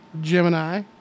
Gemini